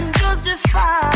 justify